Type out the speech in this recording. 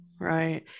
Right